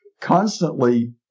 constantly